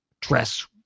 dress